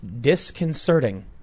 disconcerting